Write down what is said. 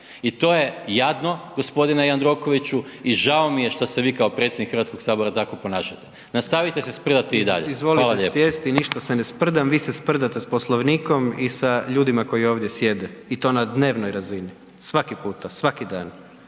i to je jadno gospodine Jandrokoviću i žao mi je što se vi kao predsjednik Hrvatskog sabora tako ponašate. Nastavite se sprdati i dalje. Hvala lijepo. **Jandroković, Gordan (HDZ)** Izvolite sjesti. Ništa se ne sprdam, vi se sprdate sa Poslovnikom i sa ljudima koji ovdje sjede i to na dnevnoj razini, svaki puta, svaki dan.